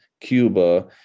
cuba